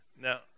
Now